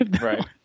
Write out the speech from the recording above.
Right